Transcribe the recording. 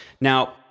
now